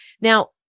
Now